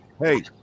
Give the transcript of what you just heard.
Hey